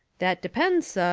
that depends, sah,